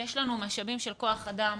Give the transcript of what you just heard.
יש לנו משאבים של כוח אדם.